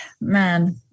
man